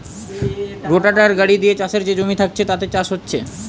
রোটাটার গাড়ি দিয়ে চাষের যে জমি থাকছে তাতে চাষ হচ্ছে